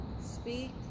speak